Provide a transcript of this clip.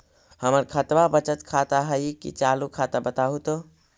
हमर खतबा बचत खाता हइ कि चालु खाता, बताहु तो?